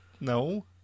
No